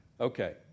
Okay